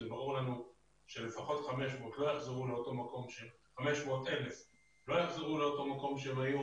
וברור לנו שלפחות 500,000 לא יחזרו לאותו מקום שבו הם היו